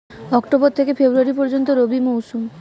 October থেকে ফেব্রুয়ারি পর্যন্ত রবি মৌসুম